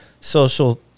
social